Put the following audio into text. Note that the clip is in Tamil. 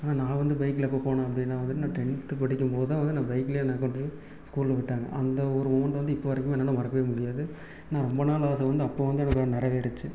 ஆனால் நான் வந்து பைக்கில் எப்போ போனேன் அப்படினா வந்து நான் டென்த்து படிக்கும்போது தான் வந்து நான் பைக்கிலே என்னை கொண்டு ஸ்கூலில் விட்டாங்க அந்த ஒரு மொமெண்ட் வந்து இப்போ வரைக்குமே என்னால் மறக்கவே முடியாது ஆனால் ரொம்ப நாள் ஆசை வந்து அப்போ வந்து எனக்கு நெறைவேறுருச்சி